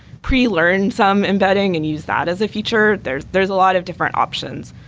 pre-learn some embedding and use that as a feature. there's there's a lot of different options,